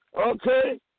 okay